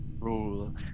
rule